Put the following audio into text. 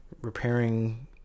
repairing